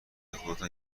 خودتان